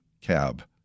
cab